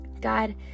God